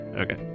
Okay